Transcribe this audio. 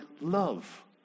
love